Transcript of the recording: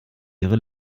ihre